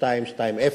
6220,